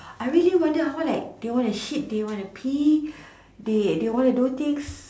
I really wonder how they wanna shit they wanna pee they wanna do things